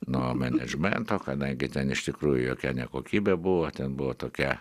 nuo menedžmento kadangi ten iš tikrųjų jokia ne kokybė buvo ten buvo tokia